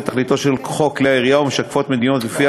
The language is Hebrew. תכליתו של חוק כלי הירייה ומשקפות מדיניות שלפיה